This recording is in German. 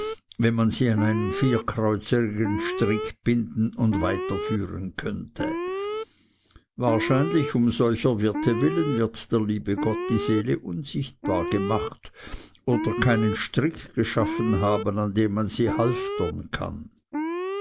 wenn man sie an einen vierkreuzerigen strick binden und weiterführen könnte wahrscheinlich um solcher wirte willen wird der liebe gott die seele unsichtbar gemacht oder keinen strick geschaffen haben an dem man sie halftern kann